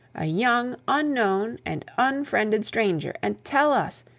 a young, unknown, and unfriended stranger, and tell us,